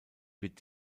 wird